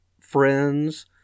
friends